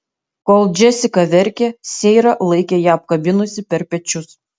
kol džesika verkė seira laikė ją apkabinusi per pečius